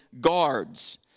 guards